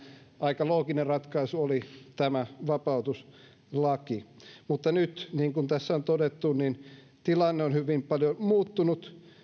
aika looginen ratkaisu oli tämä vapautuslaki nyt niin kuin tässä on todettu tilanne on hyvin paljon muuttunut